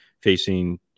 facing